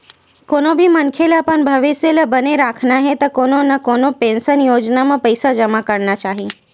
कोनो भी मनखे ल अपन भविस्य ल बने राखना हे त कोनो न कोनो पेंसन योजना म पइसा जमा करना चाही